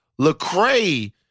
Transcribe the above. Lecrae